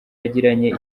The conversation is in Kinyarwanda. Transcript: yagiranye